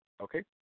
Okay